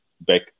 back